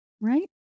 right